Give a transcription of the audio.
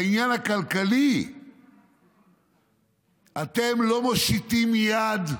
בעניין הכלכלי אתם לא מושיטים יד לעסקים.